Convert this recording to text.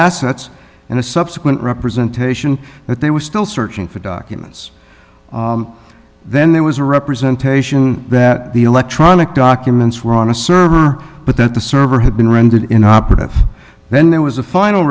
assets and a subsequent representation that they were still searching for documents then there was a representation that the electronic documents were on a server but that the server had been rendered in operative then there was a final